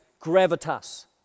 gravitas